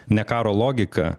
ne karo logika